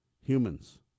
humans